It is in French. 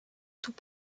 tout